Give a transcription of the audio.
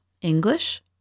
English